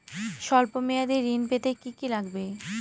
সল্প মেয়াদী ঋণ পেতে কি কি লাগবে?